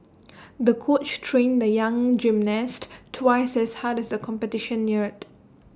the coach trained the young gymnast twice as hard as competition neared